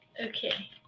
okay